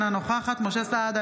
אינה נוכחת משה סעדה,